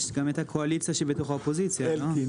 שלדעתנו הם היו נכונים.